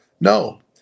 No